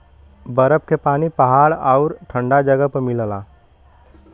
बरफ के पानी पहाड़ आउर ठंडा जगह पर मिलला